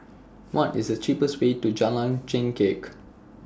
What IS The cheapest Way to Jalan Chengkek